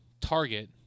target